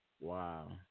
Wow